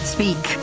Speak